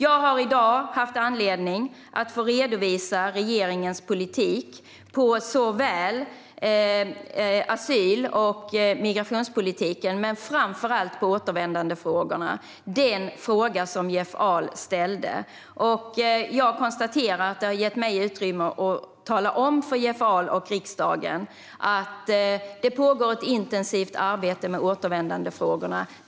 Jag har i dag haft anledning att få redovisa regeringens politik på asyl och migrationsområdet men framför allt när det gäller återvändandefrågorna, det vill säga det som Jeff Ahl ställt sin interpellation om. Jag konstaterar att det har gett mig utrymme att tala om för Jeff Ahl och riksdagen att det pågår ett intensivt arbete med återvändandefrågorna.